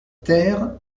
ter